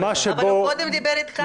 אבל קודם הוא דיבר איתך.